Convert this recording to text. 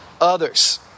others